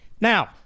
Now